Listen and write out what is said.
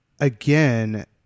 again